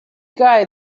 guy